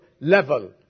level